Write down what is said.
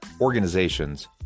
organizations